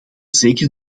zeker